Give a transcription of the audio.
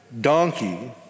donkey